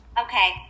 Okay